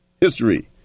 history